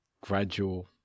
gradual